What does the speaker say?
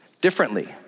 differently